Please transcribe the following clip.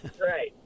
Right